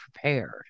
prepared